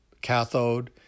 cathode